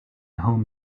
home